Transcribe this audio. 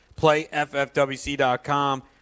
playffwc.com